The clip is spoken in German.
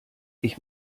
ich